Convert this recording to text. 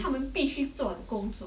他们必须做的工作:ta men bi xu zuo degong zuo